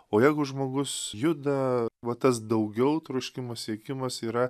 o jeigu žmogus juda va tas daugiau troškimas siekimas yra